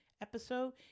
episode